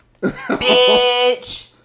Bitch